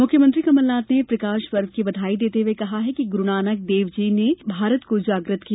मुख्यमंत्री कमलनाथ ने प्रकाशपर्व की बधाई देते हए कहा है कि ग्रुनानक देव जी ने भारत को जागृत किया